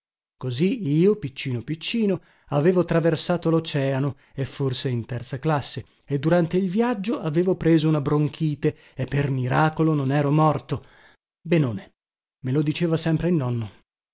così io piccino piccino avevo traversato loceano e forse in terza classe e durante il viaggio avevo preso una bronchite e per miracolo non ero morto benone me lo diceva sempre il nonno